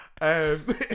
Um-